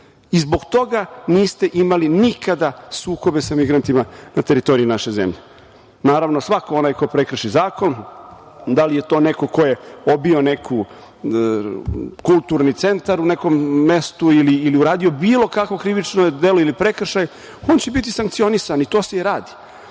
I zbog toga niste imali nikada sukobe sa migrantima na teritoriji naše zemlje. Naravno, svako onaj ko prekrši zakon, da li je to neko ko je obio neki kulturni centar u nekom mestu ili uradio bilo kakvo krivično delo ili prekršaj, on će biti sankcionisan i to se i radi.